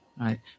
right